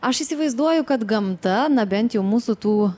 aš įsivaizduoju kad gamta na bent jau mūsų tų